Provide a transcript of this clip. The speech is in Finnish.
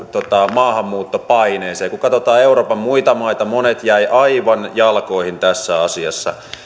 maahanmuuttopaineeseen kun katsotaan euroopan muita maita monet jäivät aivan jalkoihin tässä asiassa